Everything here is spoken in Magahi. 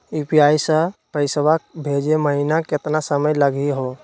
यू.पी.आई स पैसवा भेजै महिना केतना समय लगही हो?